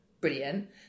Brilliant